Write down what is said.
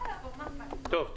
טוב.